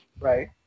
Right